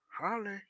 holly